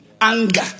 Anger